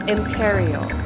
Imperial